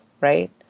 right